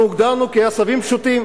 אנחנו הוגדרנו עשבים שוטים.